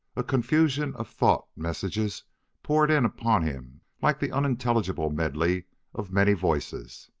a confusion of thought messages poured in upon him like the unintelligible medley of many voices.